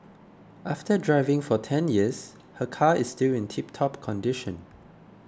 after driving for ten years her car is still in tiptop condition